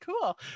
cool